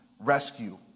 rescue